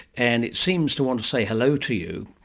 and it seems to want to say hello to you,